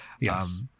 yes